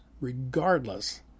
regardless